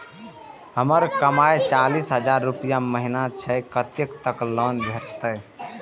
हमर कमाय चालीस हजार रूपया महिना छै कतैक तक लोन भेटते?